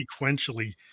sequentially